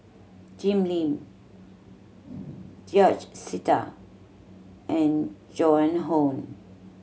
Jim Lim George Sita and Joan Hon